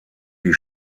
die